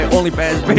OnlyFans